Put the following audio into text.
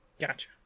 Gotcha